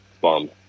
Bomb